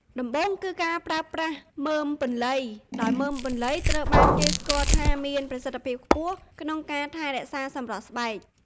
ដំបូងគឺការប្រើប្រាស់មើមពន្លៃ ដោយមើមពន្លៃ ត្រូវបានគេស្គាល់ថាមានប្រសិទ្ធភាពខ្ពស់ក្នុងការថែរក្សាសម្រស់ស្បែក។